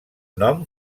nom